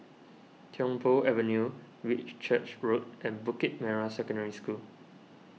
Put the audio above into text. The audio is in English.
Tiong Poh Avenue Whitchurch Road and Bukit Merah Secondary School